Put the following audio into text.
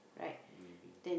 maybe